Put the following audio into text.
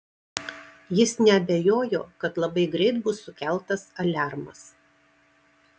jis neabejojo kad labai greit bus sukeltas aliarmas